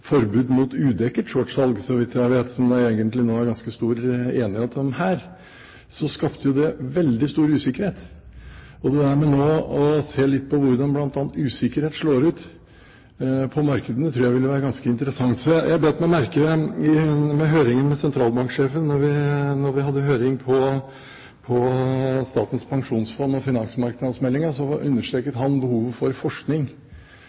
det veldig stor usikkerhet. Og det å se litt på hvordan bl.a. usikkerheten nå slår ut på markedene, tror jeg ville være ganske interessant. Jeg bet meg merke i under høringen med sentralbanksjefen da vi hadde høring om Statens pensjonsfond og finansmarkedsmeldingen, at han understreket behovet for forskning